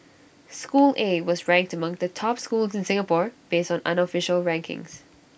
school A was ranked among the top schools in Singapore based on unofficial rankings